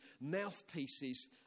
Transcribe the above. mouthpieces